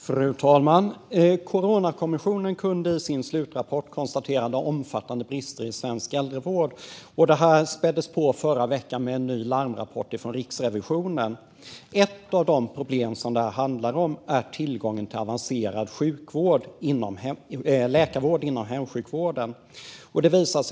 Fru talman! Coronakommissionen kunde i sin slutrapport konstatera omfattande brister i svensk äldrevård. Det späddes på förra veckan med en ny larmrapport från Riksrevisionen. Ett av de problem som det handlar om är tillgången till avancerad läkarvård inom hemsjukvården.